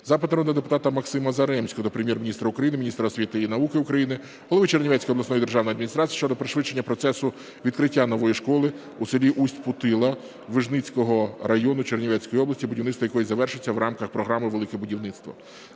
Запит народного депутата Максима Заремського до Прем'єр-міністра України, міністра освіти і науки України, голови Чернівецької обласної державної адміністрації щодо пришвидшення процесу відкриття нової школи в селі Усть-Путила Вижницького району Чернівецької області, будівництво якої завершується в рамках програми "Велике будівництво".